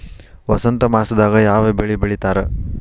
ವಸಂತ ಮಾಸದಾಗ್ ಯಾವ ಬೆಳಿ ಬೆಳಿತಾರ?